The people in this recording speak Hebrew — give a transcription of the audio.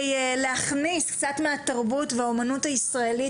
להכניס קצת מהתרבות והאומנות הישראלית,